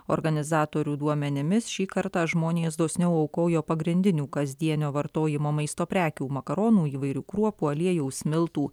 organizatorių duomenimis šį kartą žmonės dosniau aukojo pagrindinių kasdienio vartojimo maisto prekių makaronų įvairių kruopų aliejaus miltų